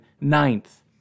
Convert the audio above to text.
ninth